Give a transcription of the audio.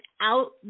out